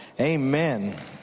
Amen